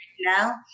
now